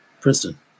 Princeton